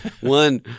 One